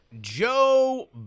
Joe